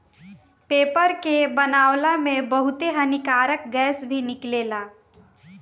paper के बनावला में बहुते हानिकारक गैस भी निकलेला